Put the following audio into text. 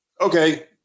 okay